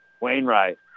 Wainwright